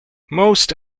most